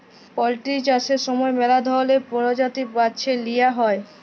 poultry চাষের সময় ম্যালা ধরলের পরজাতি বাছে লিঁয়া হ্যয়